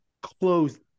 close